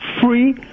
free